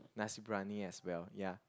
Nasi-Briyani as well ya